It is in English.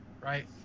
right